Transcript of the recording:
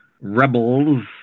Rebels